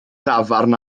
dafarn